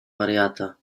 wariata